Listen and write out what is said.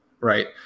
right